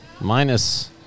Minus